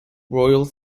royal